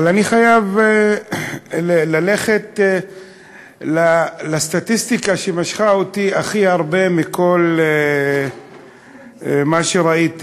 אבל אני חייב ללכת לסטטיסטיקה שמשכה אותי הכי הרבה מכל מה שראיתי,